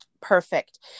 Perfect